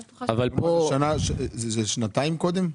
אבל פה זה שנתיים קודם?